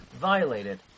violated